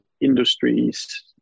industries